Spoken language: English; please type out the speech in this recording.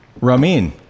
Ramin